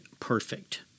perfect